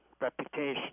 reputation